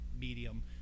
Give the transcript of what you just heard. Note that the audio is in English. medium